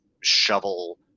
shovel